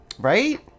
right